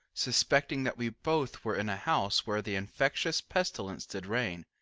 suspecting that we both were in a house where the infectious pestilence did reign,